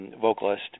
vocalist